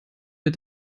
mit